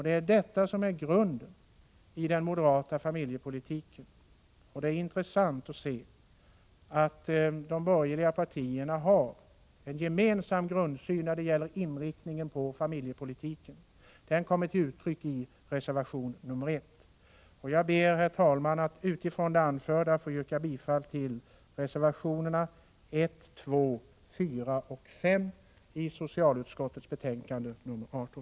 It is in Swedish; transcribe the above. Det är detta som är grunden i den moderata familjepolitiken, och det är intressant att se att de borgerliga partierna har en gemensam grundsyn när det gäller inriktningen av familjepolitiken. Denna grundsyn kommer till uttryck i reservation nr 1. Jag ber, herr talman, att med det anförda få yrka bifall till reservationerna 1, 2, 4 och 5 vid socialutskottets betänkande nr 18.